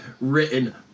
written